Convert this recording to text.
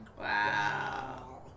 Wow